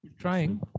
Trying